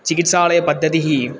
चिकित्सालयपद्धतिः